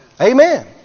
Amen